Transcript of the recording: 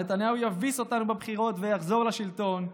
נתניהו יביס אותנו בבחירות ויחזור לשלטון,